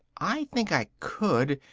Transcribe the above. i think i could,